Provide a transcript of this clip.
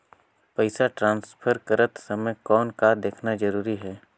पइसा ट्रांसफर करत समय कौन का देखना ज़रूरी आहे?